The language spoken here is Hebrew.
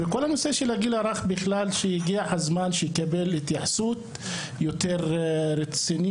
הגיע הזמן שהנושא של הגיל הרך כולו יקבל התייחסות יותר רצינית.